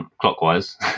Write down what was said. clockwise